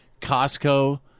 Costco